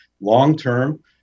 Long-term